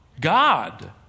God